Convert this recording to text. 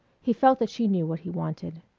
he felt that she knew what he wanted.